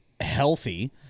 healthy